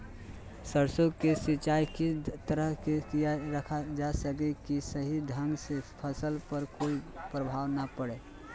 सरसों के सिंचाई किस तरह से किया रखा जाए कि सही ढंग से फसल पर कोई प्रभाव नहीं पड़े?